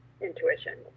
intuition